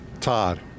Todd